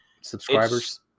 Subscribers